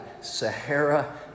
Sahara